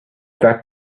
that